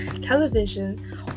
television